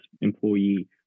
employee